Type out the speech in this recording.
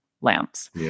lamps